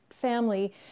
family